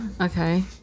Okay